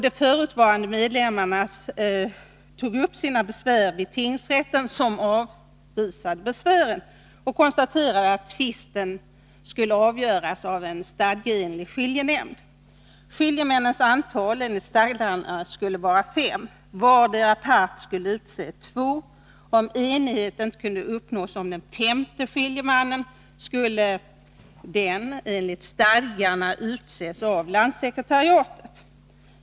De förutvarande medlemmarna förde fram sina besvär vid tingsrätten, som avvisade dem och konstaterade att tvisten skulle avgöras av en stadgeenlig skiljenämnd. Skiljemännens antal enligt stadgarna skulle vara fem. Vardera parten skulle utse två. Om enighet inte kunde uppnås om den femte skiljemannen, skulle denne enligt stadgarna utses av landssekretariatet.